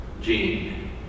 Gene